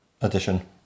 Edition